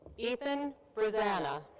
ethan brzana.